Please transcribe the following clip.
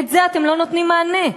על זה אתם לא נותנים מענה.